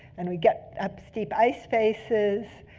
and we'd get up steep ice faces.